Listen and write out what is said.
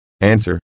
Answer